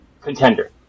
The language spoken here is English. contender